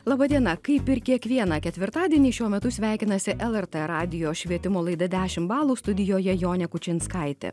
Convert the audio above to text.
laba diena kaip ir kiekvieną ketvirtadienį šiuo metu sveikinasi lrt radijo švietimo laida dešimt balų studijoje jonė kučinskaitė